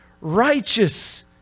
righteous